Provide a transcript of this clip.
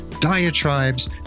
diatribes